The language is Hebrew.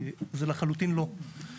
זה לחלוטין לא.